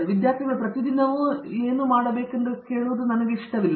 ವಿದ್ಯಾರ್ಥಿಗಳು ಪ್ರತಿ ದಿನವೂ ಅವರು ಏನು ಮಾಡಬೇಕೆಂದು ಕೇಳುವುದು ನನಗೆ ಇಷ್ಟವಿಲ್ಲ